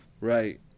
Right